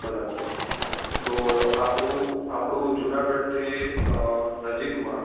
બરાબર તો આપણું આપણું જુનાગઢથી નજીકમાં